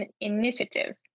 initiative